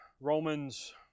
Romans